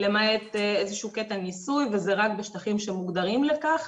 למעט איזה שהוא קטע ניסוי וזה רק בשטחים שמוגדרים לכך.